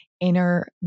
inner